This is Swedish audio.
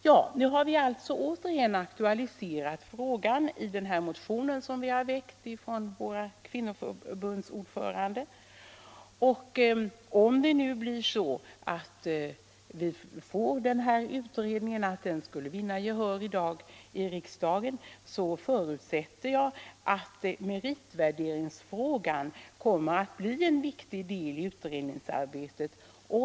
Frågan har nu återigen aktualiserats genom den motion som ordförandena i de tre kvinnoförbunden väckt. Om det nu blir så att förslaget om en utredning om hemarbetet som en samhällsnyttig arbetsinsats i dag vinner gehör i riksdagen, förutsätter jag att meritvärderingsfrågan kommer att bli en viktig del av utredningsarbetet.